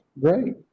great